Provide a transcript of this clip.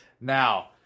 Now